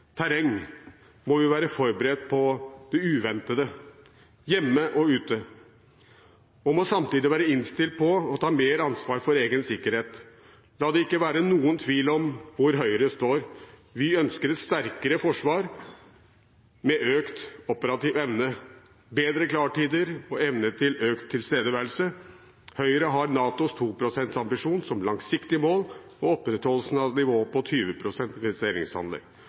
terreng må vi være forberedt på det uventede – hjemme og ute – og samtidig være innstilt på å ta mer ansvar for egen sikkerhet. La det ikke være noen tvil om hvor Høyre står: Vi ønsker et sterkere forsvar med økt operativ evne, bedre klartider og evne til økt tilstedeværelse. Høyre har NATOs 2 pst.-ambisjon som langsiktig mål og opprettholdelsen av nivået på